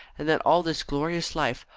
and that all this glorious life,